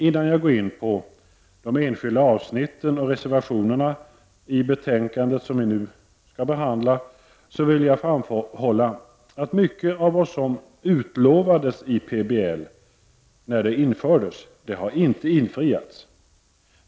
Innan jag går in på de enskilda avsnitten och reservationerna i det betänkande som vi nu skall behandla, vill jag framhålla att mycket av vad som utlovades när PBL infördes inte har infriats.